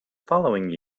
following